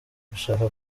gushaka